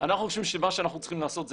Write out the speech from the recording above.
אנחנו חושבים שמה שאנחנו צריכים לעשות זה